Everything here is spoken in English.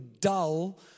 dull